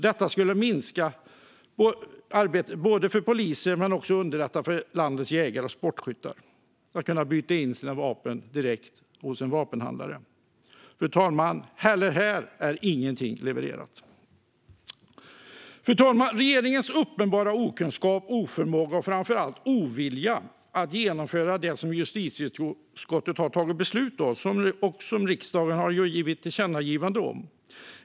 Det skulle underlätta både för polisen och för landets jägare och sportskyttar om möjligheten fanns att byta in vapen direkt hos vapenhandlaren. Även här är inget levererat. Fru talman! Regeringens uppenbara okunskap, oförmåga och framför allt ovilja att genomföra det som justitieutskottet tagit beslut om och riksdagen riktat tillkännagivanden om fortsätter.